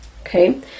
Okay